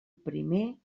primer